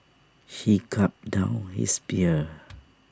he gulped down his beer